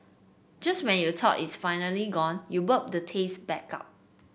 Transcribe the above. just when you thought it's finally gone you burp the taste back up